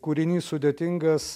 kūrinys sudėtingas